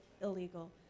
illegal